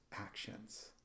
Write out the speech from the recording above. actions